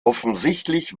offensichtlich